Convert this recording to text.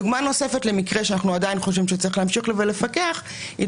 דוגמה נוספת למקרה שבו אנחנו עדיין חושבים שצריך להמשיך לפקח זו